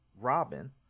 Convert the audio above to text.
Robin